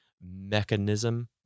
mechanism